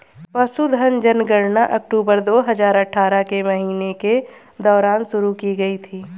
पशुधन जनगणना अक्टूबर दो हजार अठारह के महीने के दौरान शुरू की गई थी